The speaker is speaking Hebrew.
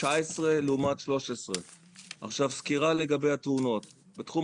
19 לעומת 13. סקירה לגבי התאונות: בתחום